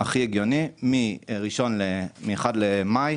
הכי הגיוני מאחד במאי